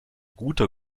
guter